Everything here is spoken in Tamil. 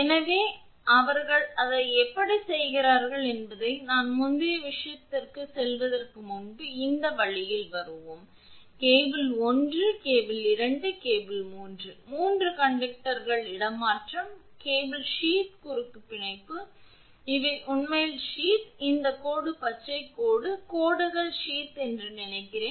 எனவே அவர்கள் அதை எப்படி செய்கிறார்கள் என்பதை நான் முந்தைய விஷயத்திற்குச் செல்வதற்கு முன்பு இந்த வழியில் வருவேன் கேபிள் 1 கேபிள் 2 கேபிள் 3 3 கண்டக்டர்கள் இடமாற்றம் கேபிள் சீத் குறுக்கு பிணைப்பு இவை உண்மையில் சீத் இந்த கோடு பச்சை கோடு கோடுகள் சீத் என்று நினைக்கிறேன்